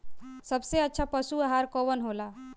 सबसे अच्छा पशु आहार कवन हो ला?